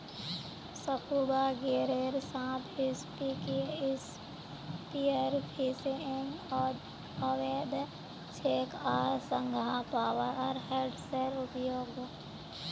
scuba गियरेर साथ spearfishing अवैध छेक आर संगह पावर हेड्सेर उपयोगो